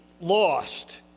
lost